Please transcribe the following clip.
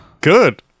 Good